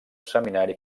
seminari